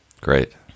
Great